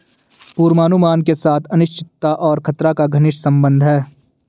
पूर्वानुमान के साथ अनिश्चितता और खतरा का घनिष्ट संबंध है